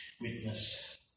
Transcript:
witness